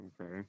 Okay